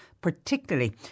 particularly